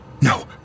No